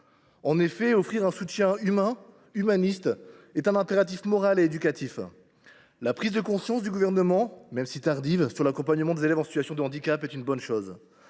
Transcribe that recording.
En effet, offrir un soutien humain et humaniste est un impératif moral et éducatif. La prise de conscience du Gouvernement sur l’accompagnement des élèves en situation de handicap, bien que